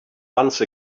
once